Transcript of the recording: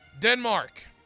Denmark